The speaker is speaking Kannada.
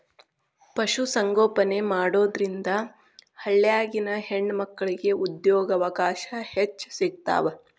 ಪಶು ಸಂಗೋಪನೆ ಮಾಡೋದ್ರಿಂದ ಹಳ್ಳ್ಯಾಗಿನ ಹೆಣ್ಣಮಕ್ಕಳಿಗೆ ಉದ್ಯೋಗಾವಕಾಶ ಹೆಚ್ಚ್ ಸಿಗ್ತಾವ